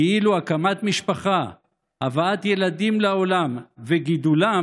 כאילו הקמת משפחה והבאת ילדים לעולם וגידולם